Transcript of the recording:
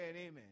amen